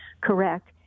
correct